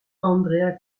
andrea